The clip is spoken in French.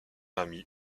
ami